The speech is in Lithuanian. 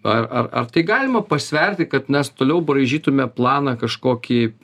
arar ar tai galima pasverti kad mes toliau braižytume planą kažkokį